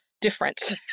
difference